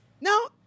no